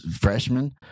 freshman